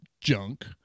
junk